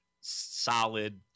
solid